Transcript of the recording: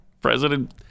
President